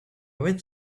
went